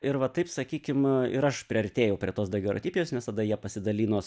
ir va taip sakykim ir aš priartėjau prie tos dagerotipijos nes tada jie pasidalino